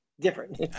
different